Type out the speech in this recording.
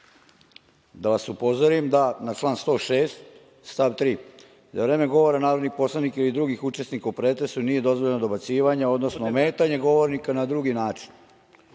da vas upozorim da na član 106. stav 3. - da za vreme govora narodni poslanika ili drugih učesnika u pretresu nije dozvoljeno dobacivanje, odnosno ometanje govornika na drugi način. Kao